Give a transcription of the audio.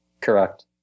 Correct